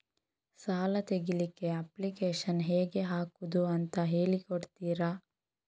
ಸಾಲ ತೆಗಿಲಿಕ್ಕೆ ಅಪ್ಲಿಕೇಶನ್ ಹೇಗೆ ಹಾಕುದು ಅಂತ ಹೇಳಿಕೊಡ್ತೀರಾ?